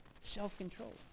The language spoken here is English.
self-control